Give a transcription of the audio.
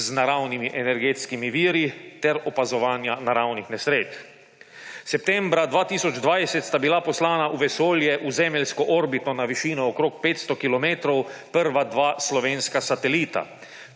z naravnimi energetskimi viri ter opazovanja naravnih nesreč. Septembra 2020 sta bila poslana v vesolje v zemeljsko orbito na višino okrog 500 kilometrov prva dva slovenska satelita.